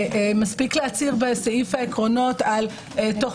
מספיק להצהיר בסעיף העקרונות על תוך